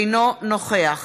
אינו נוכח